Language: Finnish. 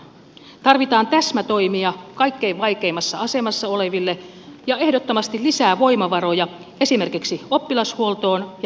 tarvitaan täsmätoimia kaikkein vaikeimmassa asemassa oleville ja ehdottomasti lisää voimavaroja esimerkiksi oppilashuoltoon ja mielenterveyspalveluihin